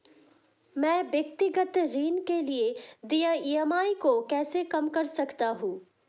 मैं व्यक्तिगत ऋण के लिए देय ई.एम.आई को कैसे कम कर सकता हूँ?